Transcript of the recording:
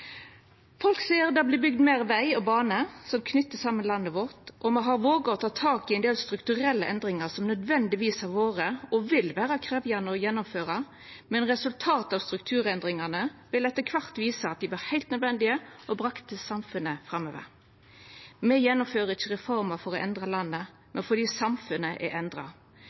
Folk ser at det vert bygd meir veg og bane som knyter saman landet vårt, og me har våga å ta tak i ein del strukturelle endringar som nødvendigvis har vore og vil vera krevjande å gjennomføra, men resultatet av strukturendringane vil etter kvart visa at dei var heilt nødvendige for å bringa samfunnet framover. Me gjennomfører ikkje reformer for å endra landet, men fordi samfunnet er endra.